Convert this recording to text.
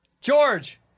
George